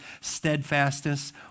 steadfastness